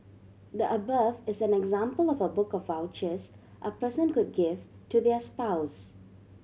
the above is an example of a book of vouchers a person could give to their spouse